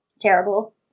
terrible